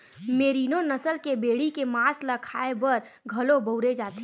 मेरिनों नसल के भेड़ी के मांस ल खाए बर घलो बउरे जाथे